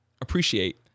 appreciate